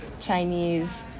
Chinese